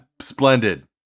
splendid